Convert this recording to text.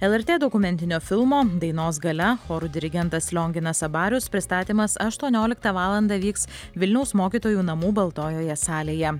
elertė dokumentinio filmo dainos galia chorų dirigentas lionginas abarius pristatymas aštuonioliktą valandą vyks vilniaus mokytojų namų baltojoje salėje